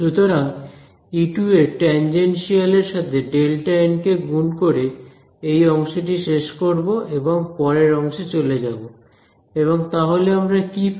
সুতরাং E2 এর tangential এর সাথে Δl কে গুন করে এই অংশটি শেষ করব এবং পরের অংশে চলে যাব এবং তাহলে আমরা কি পেলাম